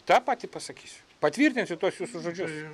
tą pati pasakysiu patvirtint šituos jūsų žodžius